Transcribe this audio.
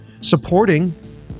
supporting